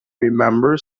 remember